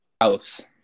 House